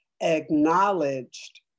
acknowledged